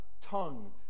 tongue